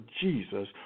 Jesus